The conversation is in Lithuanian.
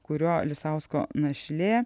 kurio lisausko našlė